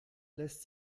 lässt